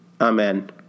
Amen